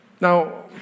Now